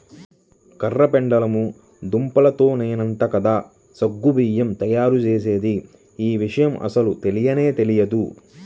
కర్ర పెండలము దుంపతోనేనంట కదా సగ్గు బియ్యం తయ్యారుజేసేది, యీ విషయం అస్సలు తెలియనే తెలియదు